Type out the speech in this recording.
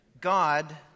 God